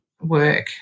work